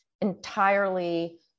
entirely